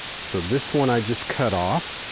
so this one i just cut off